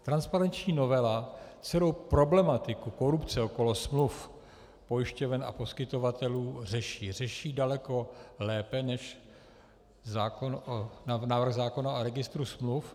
Transparenční novela celou problematiku korupce okolo smluv pojišťoven a poskytovatelů řeší, řeší daleko lépe než návrh zákona o registru smluv.